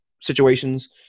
situations